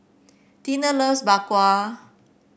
Tinie loves Bak Kwa